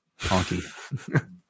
Honky